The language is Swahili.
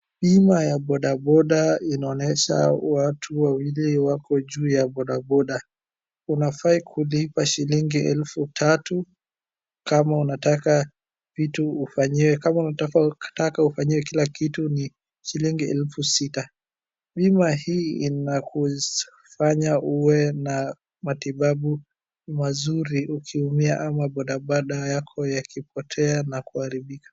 Bima ya boda boda inaonyesha watu wawili wako juu ya boda boda unafai kulipa shilingi elfu tatu kama unataka vitu ufanyiwe, kama unataka ufanyiwe kila kitu ni shillingi elfu sita. Bima hii inakufanya uwe na matibabu mazuri ukiumia ama bodaboda yako yakikipotea na kuharibika.